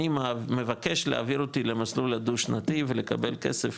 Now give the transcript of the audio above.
אני מבקש להעביר אותי למסלול הדו-שנתי ולקבל כסף,